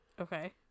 Okay